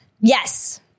Yes